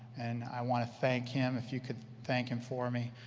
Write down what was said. and i wanted to thank him, if you can thank him for me.